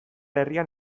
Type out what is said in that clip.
herrian